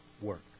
work